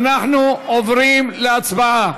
אנחנו עוברים להצבעה.